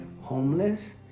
homeless